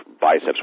biceps